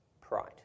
pride